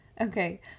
Okay